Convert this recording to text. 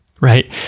right